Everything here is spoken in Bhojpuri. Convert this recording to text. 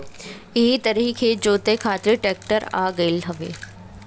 एही तरही खेत जोते खातिर ट्रेक्टर आ गईल हवे